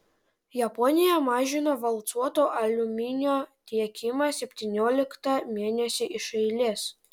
japonija mažino valcuoto aliuminio tiekimą septynioliktą mėnesį iš eilės